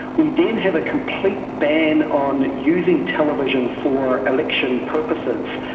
we then have a complete ban on using television for election purposes,